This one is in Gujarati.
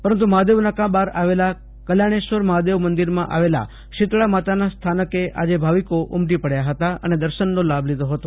પરંતુ મહાદેવ નાકા બહાર આવેલા કલ્યાણેશ્વર મહાદેવના મંદિરમાં આવેલાં શીતલા માતાના સ્થાનકે આજે ભાવિકો ઉમટી પડયા હતા અને દર્શનનો લાભ લીધો હતો